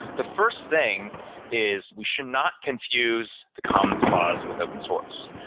the first thing is we should not confuse the commons clause with open source.